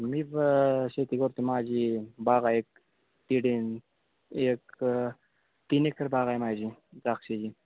मी शेती करतो माझी बाग आहे एक तीडी एक तीन एकर बाग आहे माझी द्राक्षेची